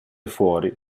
fuori